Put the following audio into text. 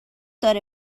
داره